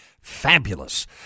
fabulous